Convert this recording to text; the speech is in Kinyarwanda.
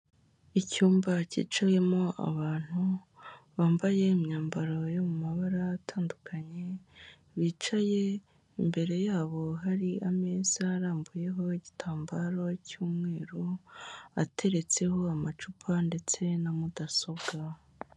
Icyumba cyicayemo abantu bambaye imyambaro yo mu mabara atandukanye bicaye, imbere yabo hari ameza arambuyeho igitambaro cy'umweru ateretseho amacupa ndetse na mudasobwa.